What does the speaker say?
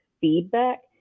feedback